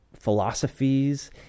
philosophies